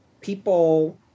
people